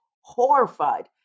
horrified